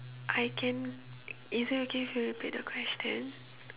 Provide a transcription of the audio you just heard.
I can is it okay if you repeat the question